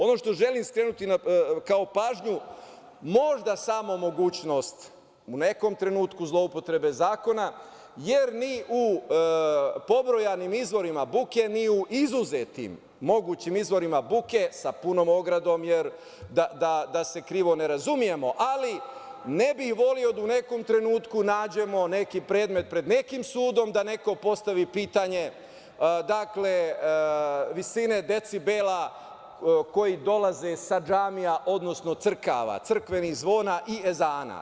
Ono na šta želim skrenuti pažnju je možda samo mogućnost u nekom trenutku zloupotrebe zakona jer ni u pobrojanim izvorima buke, ni u izuzetim mogućim izvorima buke sa punom ogradom, jer da se krivo ne razumemo, ali ne bih voleo da u nekom trenutku nađemo neki predmet pred nekim sudom da neko postavi pitanje visine decibela koji dolaze sa džamija, odnosno crkava, crkvenih zvona i ezana.